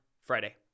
Friday